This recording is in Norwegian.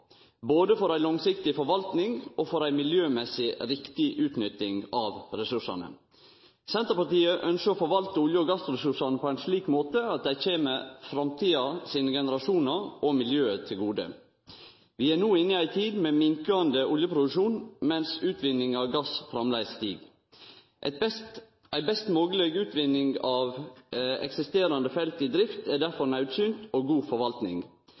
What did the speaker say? både for ei langsiktig forvalting og for ei miljømessig riktig utnytting av ressursane. Senterpartiet ynskjer å forvalte olje- og gassressursane på ein slik måte at dei kjem framtida sine generasjonar og miljøet til gode. Vi er no inne i ei tid med minkande oljeproduksjon, mens utvinninga av gass framleis stig. Ei best mogleg utnytting av eksisterande felt i drift er derfor naudsynt og god